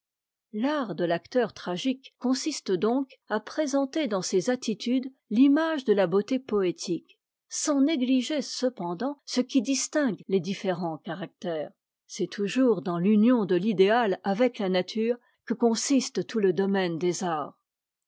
l'art de l'acteur tragique consiste donc à présenter dans ses attitudes l'image de la beauté poétique sans négliger cependant ce qui distingue les différents caractères c'est toujours dans l'union de l'idéal avec la nature que consiste tout le domaine des arts